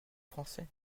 français